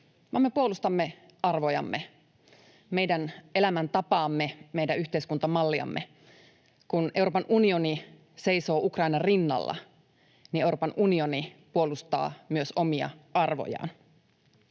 me puolustamme arvojamme, meidän elämäntapaamme, meidän yhteiskuntamalliamme. Kun Euroopan unioni seisoo Ukrainan rinnalla, niin Euroopan unioni puolustaa myös omia arvojaan.